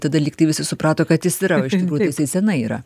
tada lygtai visi suprato kad jis yra o iš tikrųjų tai jisai senai yra